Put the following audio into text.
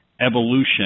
evolution